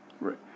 Right